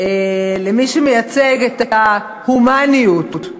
למי שמייצג את ההומניות,